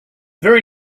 very